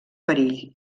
perill